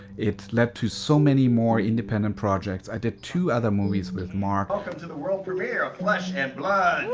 it's led to so many more independent projects. i did two other movies with mark. welcome to the world premiere of flesh and blood.